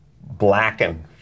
blackened